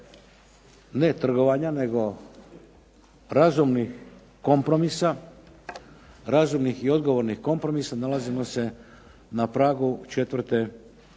ne trgovanja, nego razumnih kompromisa, razumnih i odgovornih kompromisa nalazimo se na pragu četvrte